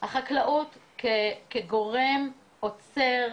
החקלאות כגורם עוצר,